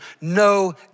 no